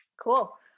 Cool